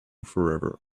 forever